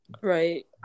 Right